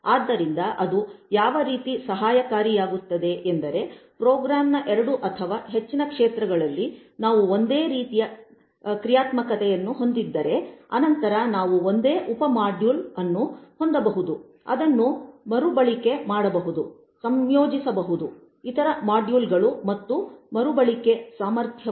ಆದ್ದರಿಂದ ಅದು ಯಾವ ರೀತಿ ಸಹಾಯಕಾರಿಯಾಗುತ್ತದೆ ಎಂದರೆ ಪ್ರೋಗ್ರಾಂನ ಎರಡು ಅಥವಾ ಹೆಚ್ಚಿನ ಕ್ಷೇತ್ರಗಳಲ್ಲಿ ನಾವು ಒಂದೇ ರೀತಿಯ ಕ್ರಿಯಾತ್ಮಕತೆಯನ್ನು ಹೊಂದಿದ್ದರೆ ನಂತರ ನಾವು ಒಂದೇ ಉಪ ಮಾಡ್ಯೂಲ್ ಅನ್ನು ಹೊಂದಬಹುದು ಅದನ್ನು ಮರುಬಳಕೆ ಮಾಡಬಹುದು ಸಂಯೋಜಿಸಬಹುದು ಇತರ ಮಾಡ್ಯೂಲ್ಗಳು ಮತ್ತು ಮರುಬಳಕೆ ಸಾಮರ್ಥ್ಯವನ್ನು ಹೆಚ್ಚಿಸಿಕೊಳ್ಳಬಹುದು